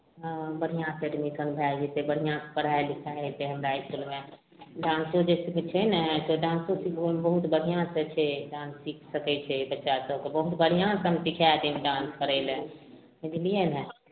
हँ बढ़िआँसे एडमिशन भए जएतै बढ़िआँसे पढ़ाइ लिखाइ हेतै हमरा इसकुलमे डान्सो जइसे कि छै ने से डान्सो सिखि ओहिमे बहुत बढ़िआँसे छै डान्स सिखि सकै छै बच्चा सभकेँ बहुत बढ़िआँसे हम सिखै देब डान्स करैलए बुझलिए ने